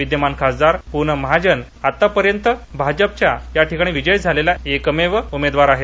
विद्यमान खासदार पूनम महाजन या आतापर्यंत भाजपच्या याठिकाणी विजयी झालेल्या एकमेव उमेदवार आहेत